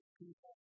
people